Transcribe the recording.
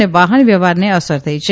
અને વાહનવ્યવહારને અસર થઇ છે